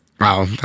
Wow